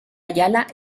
ayala